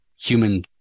human